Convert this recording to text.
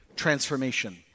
transformation